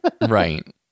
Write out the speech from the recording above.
Right